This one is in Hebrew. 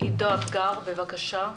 עידו אבגר בבקשה.